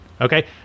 Okay